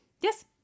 Yes